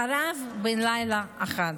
חרב בלילה אחד.